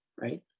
right